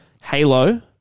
Halo